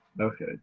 Okay